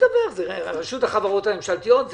רשות החברות הממשלתיות,